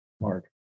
Mark